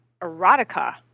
erotica